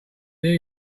here